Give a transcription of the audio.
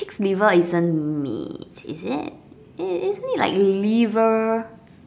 pig's liver isn't meat is it isn't it like liver